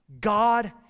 God